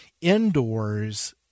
indoors